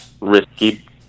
risky